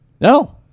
No